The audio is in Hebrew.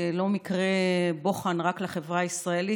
לא כמקרה בוחן רק לחברה הישראלית,